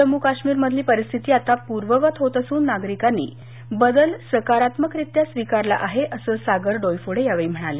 जम्मू काश्मीरमधील परिस्थिती आता पूर्ववत होत असून नागरिकांनी बदल सकारात्मकरित्या स्वीकारला आहे अस सागर डोईफोडे यावेळी म्हणाले